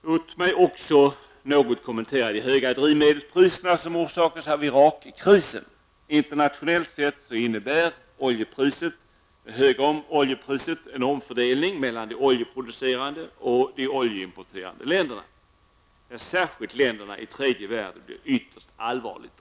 Sedan vill jag något kommentera de höga drivmedelspriser som Irakkrisen har orsakat. Internationellt sett innebär det höga oljepriset en omfördelning mellan de oljeproducerande och de oljeimporterande länderna. Särskilt länderna i tredje världen drabbas ytterst allvarligt.